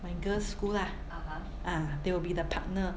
my girls' school lah ah they will be the partner